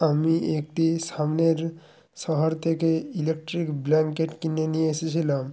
আমি একটি সামনের শহর থেকে ইলেকট্রিক ব্ল্যাঙ্কেট কিনে নিয়ে এসেছিলাম